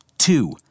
Two